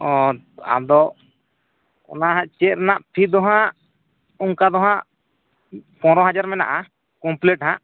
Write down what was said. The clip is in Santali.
ᱚᱻ ᱟᱫᱚ ᱚᱱᱟᱦᱟᱜ ᱪᱮᱫ ᱨᱮᱱᱟᱜ ᱯᱷᱤ ᱫᱚᱦᱟᱜ ᱚᱱᱠᱟᱫᱚ ᱦᱟᱜ ᱯᱚᱱᱨᱚ ᱦᱟᱡᱟᱨ ᱢᱮᱱᱟᱜᱼᱟ ᱠᱚᱢᱯᱞᱤᱴ ᱦᱟᱜ